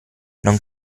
non